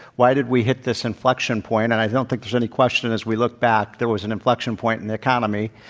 why did we hit this inflection point and i don't think there's any question as we look back. there was an inflection point in the economy,